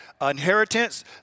inheritance